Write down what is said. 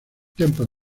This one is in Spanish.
temple